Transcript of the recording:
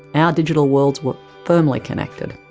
our digital worlds were firmly connected.